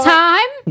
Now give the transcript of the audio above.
time